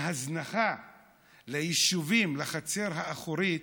ההזנחה ביישובים, בחצר האחורית,